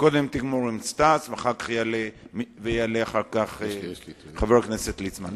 קודם תגמור עם סטס ואחר כך יעלה חבר הכנסת ליצמן.